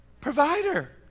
provider